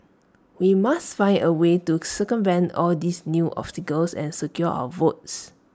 we must find A way to circumvent all these new obstacles and secure our votes